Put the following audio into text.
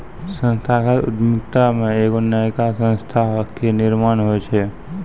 संस्थागत उद्यमिता मे एगो नयका संस्था के निर्माण होय छै